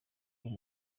kuwo